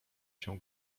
się